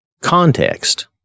context